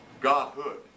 godhood